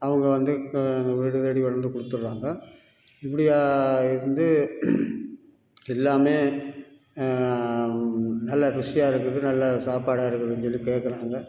அவங்க வந்து இப்போ வீடு தேடி வந்து கொடுத்துட்றாங்க இப்படியா இருந்து எல்லாம் நல்லா ருசியாக இருக்குது நல்ல சாப்பாடாக இருக்குதுன்னு சொல்லி கேக்கிறாங்க